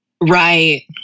Right